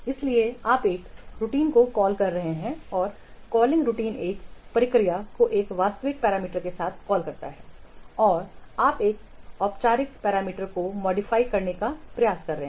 इसलिए आप एक रूटीन को कॉल कर रहे हैं और कॉलिंग रूटीन एक प्रक्रिया को एक वास्तविक वास्तविक पैरामीटर के साथ कॉल करता है और आप एक औपचारिक पैरामीटर को मॉडिफाई करने का प्रयास कर रहे हैं